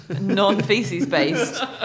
non-feces-based